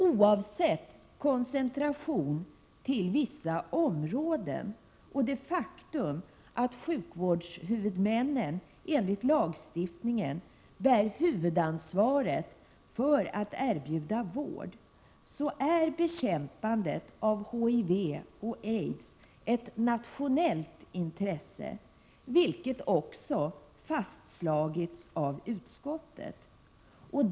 Oavsett koncentrationen till vissa områden, och det faktum att sjukvårdshuvudmännen enligt lagstiftningen bär huvudansvaret för att erbjuda vård, så är bekämpandet av HIV och aids ett nationellt intresse, vilket också fastslagits av utskottet.